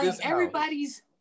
Everybody's